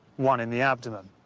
one in the abdomen.